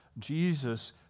Jesus